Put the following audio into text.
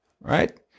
right